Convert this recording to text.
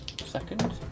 Second